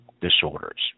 disorders